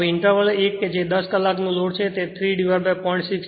હવે ઈંટરવલ એક કે જે 10 કલાકનું લોડ છે તે 3 0